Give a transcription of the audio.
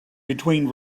between